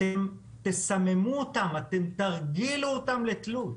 אתם תסממו אותם, אתם תרגילו אותם לתלות.